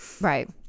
Right